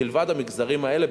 מלבד המגזרים האלה,